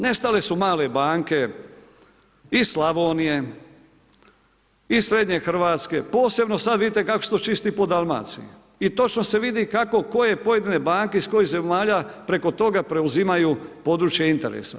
Nestale su male banke iz Slavonije, iz srednje Hrvatske posebno sada vidite kako se to čisti po Dalmaciji i točno se vidi kako koje pojedine banke iz kojih zemalja preko toga preuzimaju područje interesa.